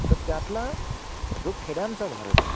तर त्यातला जो खेड्यांचा भारत आहे